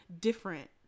different